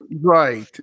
Right